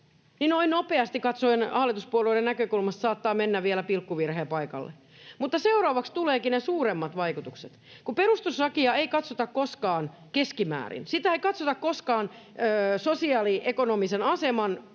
noin nopeasti katsoen saattaa hallituspuolueiden näkökulmasta mennä vielä pilkkuvirheen paikalle, mutta seuraavaksi tulevatkin ne suuremmat vaikutukset. Kun perustuslakia ei katsota koskaan keskimäärin, sitä ei katsota koskaan sosioekonomisen aseman tai